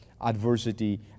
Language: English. adversity